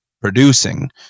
producing